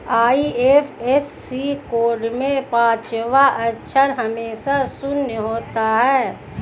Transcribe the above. IFSC code में पांचवा अक्षर हमेशा शून्य होता है